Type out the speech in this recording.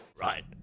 Right